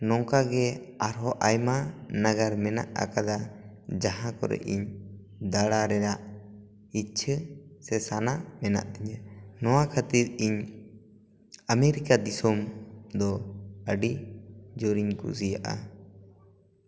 ᱱᱚᱝᱠᱟ ᱜᱮ ᱟᱨᱦᱚᱸ ᱱᱟᱜᱟᱨ ᱢᱮᱱᱟᱜ ᱟᱠᱟᱫᱟ ᱡᱟᱦᱟᱸ ᱠᱚᱨᱮ ᱤᱧ ᱫᱟᱬᱟ ᱨᱮᱱᱟᱜ ᱤᱪᱪᱷᱟᱹ ᱥᱮ ᱥᱟᱱᱟ ᱢᱮᱱᱟᱜ ᱛᱤᱧᱟᱹ ᱱᱚᱣᱟ ᱠᱷᱟᱹᱛᱤᱨ ᱤᱧ ᱟᱹᱢᱤᱨᱤᱠᱟ ᱫᱤᱥᱚᱢ ᱫᱚ ᱟᱹᱰᱤ ᱡᱳᱨᱤᱧ ᱠᱷᱩᱥᱤᱭᱟᱜᱼᱟ